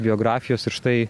biografijos ir štai